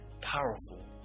powerful